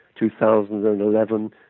2011